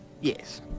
Yes